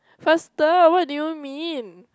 faster what do you mean